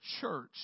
church